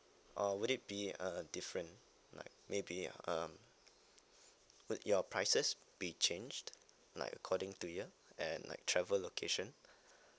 or would it be a different like maybe um would your prices be changed like according to year and like travel location